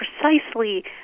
precisely